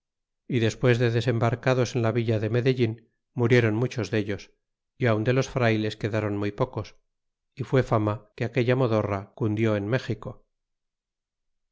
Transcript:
y klespues de desembarcados en la villa de medellin murieron muchos dellos y aun de los frayles quedron muy pocos y fué fama que aquella modorra cundió en méxico